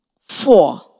four